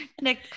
nick